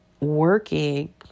working